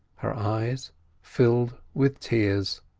her eyes filled with tears,